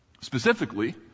Specifically